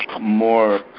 more